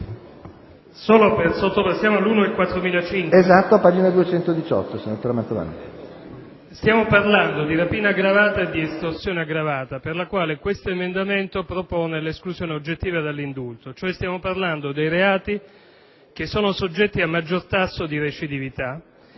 Stiamo parlando dei reati di rapina aggravata e di estorsione aggravata, per le quali questo emendamento propone l'esclusione oggettiva dall' indulto. Sono proprio i reati che sono soggetti al maggior tasso di recidività.